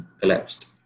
collapsed